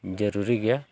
ᱡᱟᱹᱨᱩᱲᱤ ᱜᱮᱭᱟ